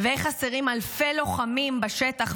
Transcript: איך חסרים אלפי לוחמים בשטח,